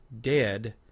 dead